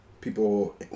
People